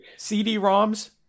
CD-ROMs